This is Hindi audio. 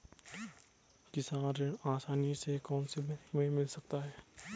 किसान ऋण आसानी से कौनसे बैंक से मिल सकता है?